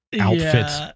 outfits